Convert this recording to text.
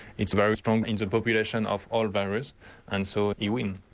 it's very strong in the population of all virus and so you win.